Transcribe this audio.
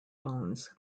bones